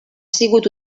sigut